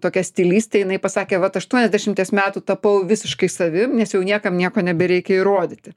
tokia stilistė jinai pasakė vat aštuoniasdešimties metų tapau visiškai savim nes jau niekam nieko nebereikia įrodyti